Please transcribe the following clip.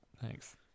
Thanks